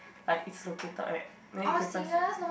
like is located right then if a person